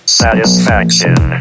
satisfaction